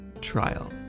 TRIAL